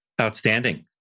Outstanding